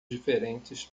diferentes